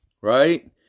right